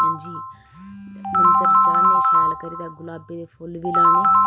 हां जी मंदर चाढ़ने शैल करियै गुलाबै दे फुल्ल बी लान्ने